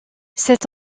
cet